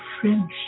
friendship